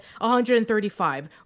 135